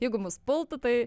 jeigu mus pultų tai